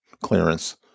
clearance